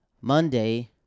Monday